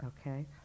okay